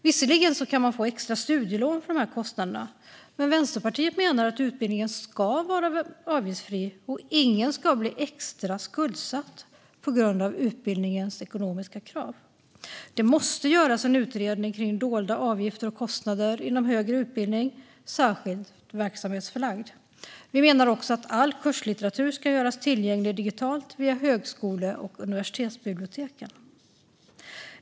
Visserligen kan man få extra studielån för dessa kostnader, men Vänsterpartiet menar att utbildningen ska vara avgiftsfri och att ingen ska bli extra skuldsatt på grund av utbildningens ekonomiska krav. Det måste göras en utredning om dolda avgifter och kostnader inom högre utbildning, särskilt verksamhetsförlagd. Vi menar också att all kurslitteratur ska göras tillgänglig digitalt via högskole och universitetsbiblioteken.